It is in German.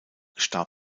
starb